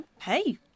Hey